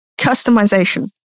customization